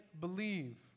believe